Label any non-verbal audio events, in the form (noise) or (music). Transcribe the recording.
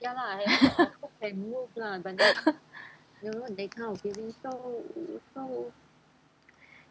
(laughs) (breath)